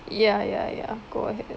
ya ya ya go ahead